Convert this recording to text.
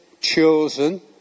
chosen